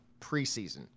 preseason